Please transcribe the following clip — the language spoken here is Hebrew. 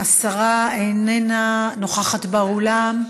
השרה איננה נוכחת באולם.